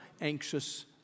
anxious